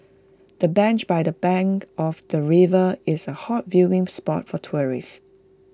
the bench by the bank of the river is A hot viewing spot for tourists